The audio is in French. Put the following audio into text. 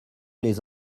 les